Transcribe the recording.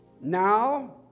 now